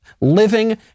living